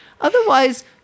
Otherwise